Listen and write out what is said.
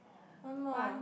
one more